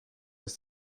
ist